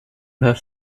her